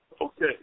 Okay